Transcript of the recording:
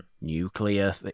nuclear